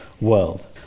world